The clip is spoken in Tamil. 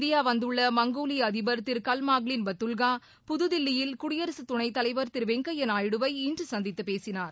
இந்தியா வந்துள்ள மங்கோலிய அதிபர் திரு கல்ட்மாங்ளின் பட்டுல்கா புதுதில்லியில் குடியரசுத் துணை தலைவர் திரு வெங்கைய்யா நாயுடுவை இன்று சந்தித்து பேசினார்